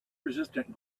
resistant